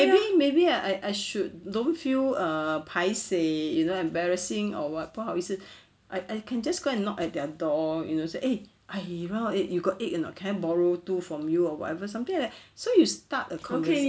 maybe maybe I I should don't feel err paiseh you know embarrassing or what 不好意思 I I can just go and knock at their door you know say eh I run out of egg you got egg or not can I borrow two from you or whatever something like that so you start a conversation